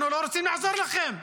אנחנו לא רוצים לעזור לכם,